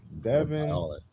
Devin